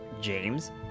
James